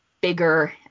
bigger